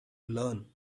learn